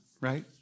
right